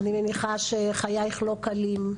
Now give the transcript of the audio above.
אני מניחה שחייך לא קלים,